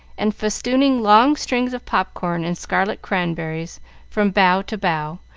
and festooning long strings of pop-corn and scarlet cranberries from bough to bough,